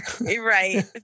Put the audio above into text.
Right